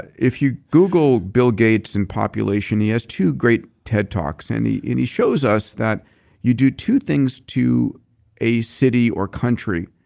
if you google bill gates and population, he has two great ted talks and he and he shows us that you do two things to a city or country.